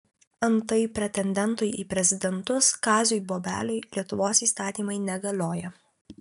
antai pretendentui į prezidentus kaziui bobeliui lietuvos įstatymai negalioja